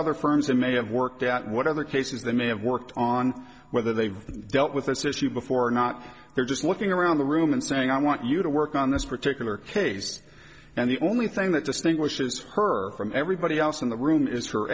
other firms they may have worked out what other cases they may have worked on whether they've dealt with this issue before or not they're just looking around the room and saying i want you to work on this particular case and the only thing that distinguishes her from everybody else in the room is her